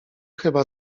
chyba